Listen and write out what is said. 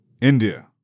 India